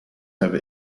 have